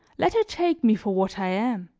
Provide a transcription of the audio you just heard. let her take me for what i am.